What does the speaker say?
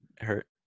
Hurt